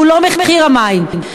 ולא מחיר המים.